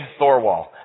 Thorwall